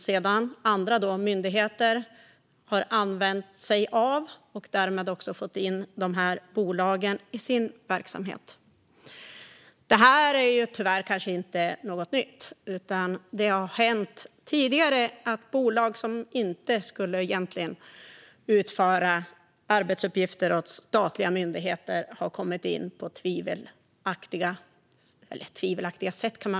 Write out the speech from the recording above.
Sedan har andra myndigheter använt dem och har därmed fått in bolagen i sin verksamhet. Detta är tyvärr inget nytt, utan det har hänt tidigare att bolag som egentligen inte skulle utföra arbetsuppgifter åt statliga myndigheter har kommit in på felaktigt sätt.